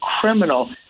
criminal